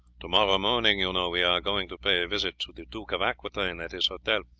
to-morrow morning, you know, we are going to pay a visit to the duke of aquitaine at his hotel,